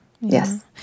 yes